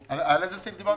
הזה.